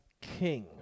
king